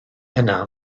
yna